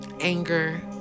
anger